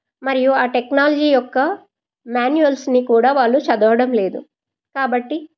మరియు ఆ టెక్నాలజీ యొక్క మ్యాన్యువల్స్ని కూడా వాళ్ళు చదవడం లేదు కాబట్టి